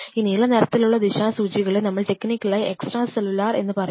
ഈ നീല നിറത്തിലുള്ള ദിശാസൂചികളെ നമ്മൾ ടെക്നിക്കലായി എക്സ്ട്രാ സെല്ലുലാർ എന്ന് പറയുന്നു